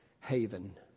haven